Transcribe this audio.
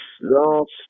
Last